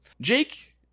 Jake